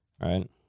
Right